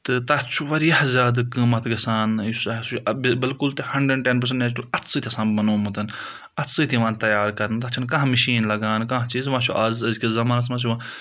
تہٕ تَتھ چھُ واریاہ زیادٕ قۭمَتھ گژھان یُس اَسہِ بِلکُل تہِ ہَنڈرَنٛڈ ٹؠن پٔرسَنٛٹ نیچرَل اَتھٕ سۭتۍ آسان بَنومُت اَتھٕ سۭتۍ یِوان تَیار کَرنہٕ تَتھ چھِنہٕ کانٛہہ مِشیٖن لَگان کانٛہہ چیٖز یِوان چھُ آز أزکِس زَمانَس منٛز یِوان